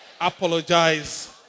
Apologize